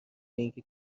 اینکه